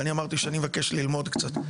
ואני אמרתי שאני מבקש ללמוד קצת.